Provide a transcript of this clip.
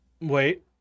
Wait